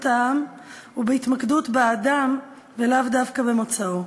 העם ובהתמקדות באדם ולאו דווקא במוצאו.